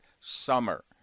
SUMMER